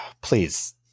Please